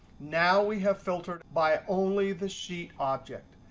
now we have filtered by only the sheet object.